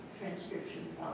transcription